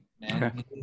man